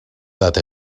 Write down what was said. data